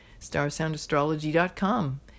StarsoundAstrology.com